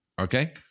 okay